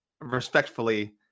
respectfully